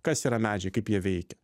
kas yra medžiai kaip jie veikia